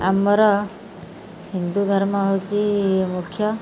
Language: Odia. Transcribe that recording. ଆମର ହିନ୍ଦୁ ଧର୍ମ ହେଉଛି ମୁଖ୍ୟ